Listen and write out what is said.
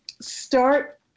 start